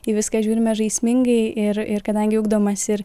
į viską žiūrime žaismingai ir ir kadangi ugdomas ir